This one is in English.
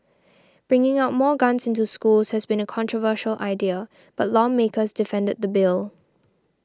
bringing more guns into school has been a controversial idea but lawmakers defended the bill